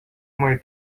mai